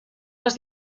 les